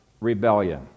rebellion